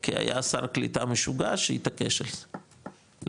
כי היה שר קליטה משוגע שהתעקש על זה,